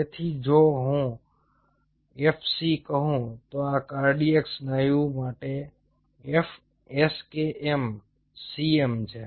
તેથી જો આને હું fc કહું તો આ કાર્ડિયાક સ્નાયુ માટે f skm cm છે